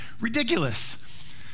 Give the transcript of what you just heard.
ridiculous